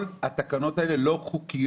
כל התקנות האלה לא חוקיות.